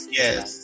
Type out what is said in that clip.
yes